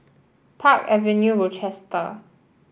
Park Avenue Rochester